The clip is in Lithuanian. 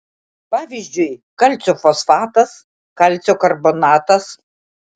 pavyzdžiui kalcio fosfatas kalcio karbonatas